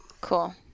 cool